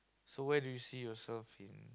so where do you see yourself in